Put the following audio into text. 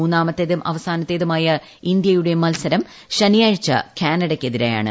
മൂന്നാമത്തെയും അവസാനത്തെതുമായ ഇന്ത്യയുടെ മത്സരം ശനിയാഴ്ച കാനഡയ്ക്ക് എതിരെയാണ്